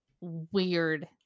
weird